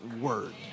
word